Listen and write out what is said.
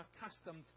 accustomed